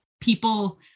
people